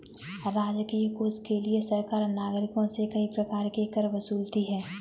राजकीय कोष के लिए सरकार नागरिकों से कई प्रकार के कर वसूलती है